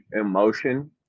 emotion